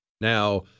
Now